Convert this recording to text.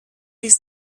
his